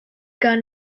gun